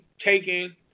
taking